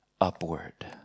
upward